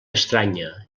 estranya